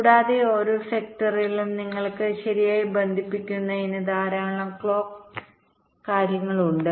കൂടാതെ ഓരോ സെക്ടറിലും നിങ്ങൾക്ക് ശരിയായി ബന്ധിപ്പിക്കുന്നതിന് ധാരാളം ക്ലോക്ക് കാര്യങ്ങൾ ഉണ്ട്